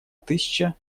тысяча